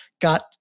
got